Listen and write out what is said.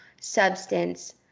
substance